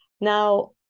now